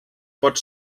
pot